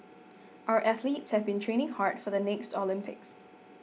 our athletes have been training hard for the next Olympics